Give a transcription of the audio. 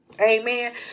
amen